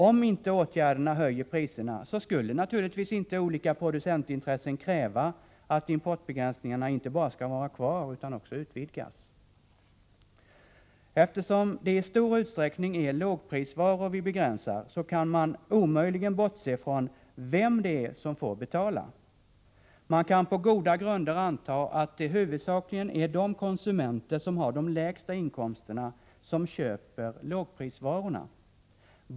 Om inte åtgärderna höjer priserna, skulle olika producentintressen naturligtvis inte kräva att importbegränsningarna inte bara skall vara kvar utan också utvidgas. Eftersom det i stor utsträckning är importen av lågprisvaror som vi begränsar kan man omöjligt bortse ifrån vem det är som får betala. Det kan på goda grunder antas att det huvudsakligen är de konsumenter som har de lägsta inkomsterna som köper lågprisvarorna.